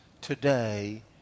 today